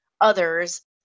others